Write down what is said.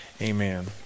amen